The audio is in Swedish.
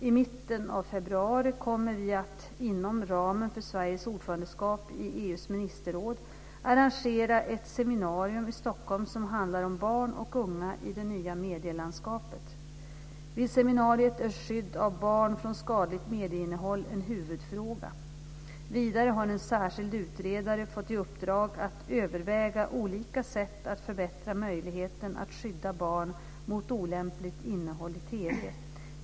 I mitten av februari kommer vi att - inom ramen för Sveriges ordförandeskap i EU:s ministerråd - arrangera ett seminarium i Stockholm som handlar om barn och unga i det nya medielandskapet. Vid seminariet är skydd av barn från skadligt medieinnehåll en huvudfråga. Vidare har en särskild utredare fått i uppdrag att överväga olika sätt att förbättra möjligheten att skydda barn mot olämpligt innehåll i TV.